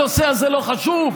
הנושא הזה לא חשוב?